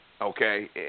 Okay